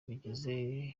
bagize